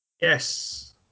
yes